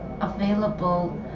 available